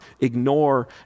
ignore